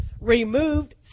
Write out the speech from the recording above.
removed